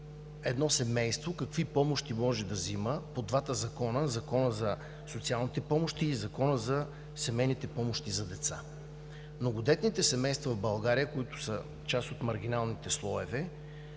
едно семейство какви помощи може да взема. По двата закона – Закона за социалните помощи и Закона за семейните помощи за деца, многодетните семейства в България, които са част от маргиналните слоеве,